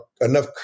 enough